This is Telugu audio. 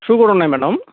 షూ కూడా ఉన్నాయా మేడమ్